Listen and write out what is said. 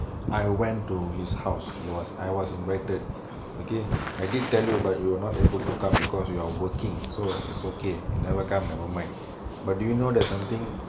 I went to his house he was I was invited okay I did tell you but you not able to come because you are working so it's okay you never come never mind but you know there something